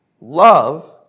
love